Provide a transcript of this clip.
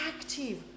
active